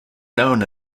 known